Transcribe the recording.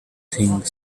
thing